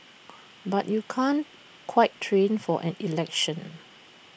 but you can't quite train for an election